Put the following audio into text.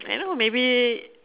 you know maybe